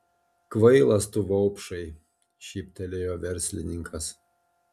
kvailas tu vaupšai šyptelėjo verslininkas